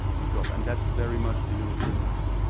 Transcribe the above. ah developed. and that's very much the european line.